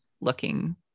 looking